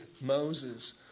Moses